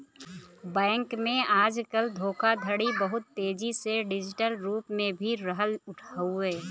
bank में आजकल धोखाधड़ी बहुत तेजी से डिजिटल रूप में हो रहल हउवे